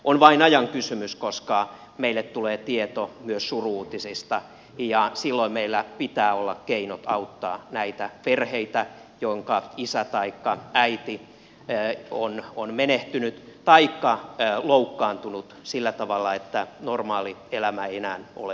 on vain ajan kysymys koska meille tulee tieto myös suru uutisista ja silloin meillä pitää olla keinot auttaa näitä perheitä joiden isä taikka äiti on menehtynyt taikka loukkaantunut sillä tavalla että normaalielämä ei enää ole mahdollista